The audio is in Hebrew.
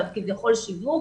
כביכול שיווק,